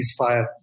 ceasefire